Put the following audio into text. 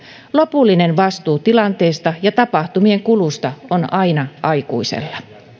lopullinen vastuu tilanteesta ja tapahtumien kulusta on aina aikuisella